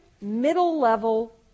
middle-level